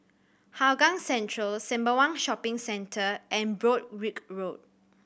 Hougang Central Sembawang Shopping Centre and Broadrick Road